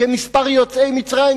כמספר יוצאי מצרים.